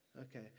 Okay